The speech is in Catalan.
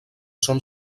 són